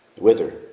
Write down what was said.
wither